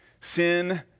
sin